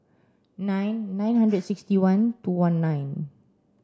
nine nine hundred sixty one two one nine